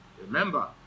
remember